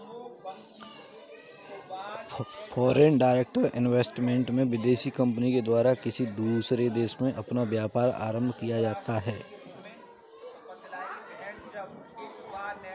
foreign direct investment में विदेशी company के द्वारा किसी दूसरे देश में अपना व्यापार आरंभ किया जाता है